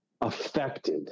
affected